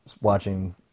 watching